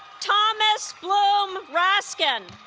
thomas bloom raskin